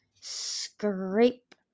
scrape